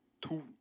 Two